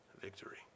victory